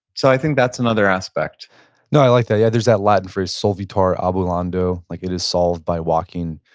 so i think that's another aspect no. i like that. yeah. there's that latin phrase, solvitur ambulando, like it is solved by walking.